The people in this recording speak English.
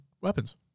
weapons